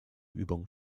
übung